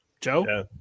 Joe